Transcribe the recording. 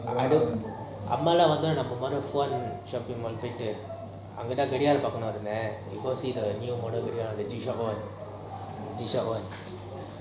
அம்மலாம் வந்த ஒடனே நம்ம மொத:ammalam vantha odaney namma motha shopping mall போயிடு அங்க தான் கெடிகாரம் இருக்குல்ல:poitu anga thaan gedigaram irukula go see the new the new shop one